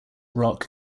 rock